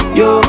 yo